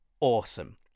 awesome